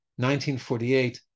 1948